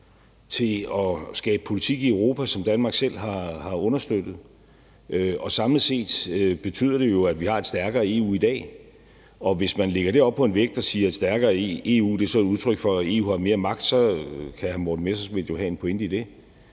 til at skabe politik i Europa, som Danmark selv har understøttet. Samlet set betyder det jo, at vi har et stærkere EU i dag, og hvis man lægger det op på en vægt og siger, at et stærkere EU så er et udtryk for, at